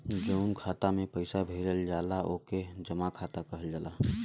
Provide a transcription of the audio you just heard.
जउन खाता मे पइसा भेजल जाला ओके जमा खाता कहल जाला